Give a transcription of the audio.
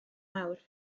mawr